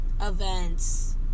events